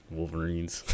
Wolverines